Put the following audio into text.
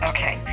Okay